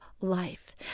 life